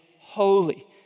holy